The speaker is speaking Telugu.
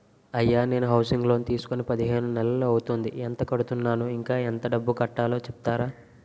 అయ్యా నేను హౌసింగ్ లోన్ తీసుకొని పదిహేను నెలలు అవుతోందిఎంత కడుతున్నాను, ఇంకా ఎంత డబ్బు కట్టలో చెప్తారా?